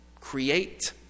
create